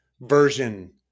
version